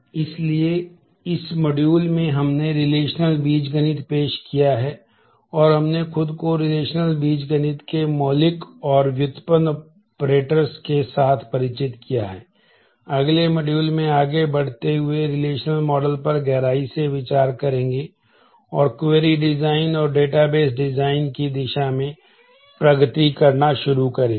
इसलिए इस मॉड्यूल की दिशा में प्रगति करना शुरू करेंगे